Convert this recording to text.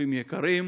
צופים יקרים.